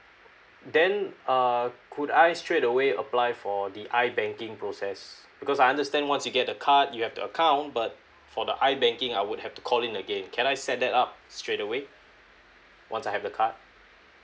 then uh could I straight away apply for the I banking process because I understand once you get a card you have the account but for the I banking I would have to call in again can I set that up straight away once I have the card